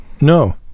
No